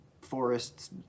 forests